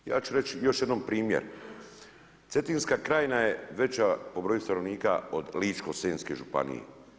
Ja ću reći još jednom primjer, Cetinska krajina je veća po broju stanovnika od Ličko-senjske županije.